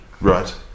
Right